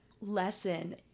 lesson